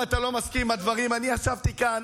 אני ישבתי כאן,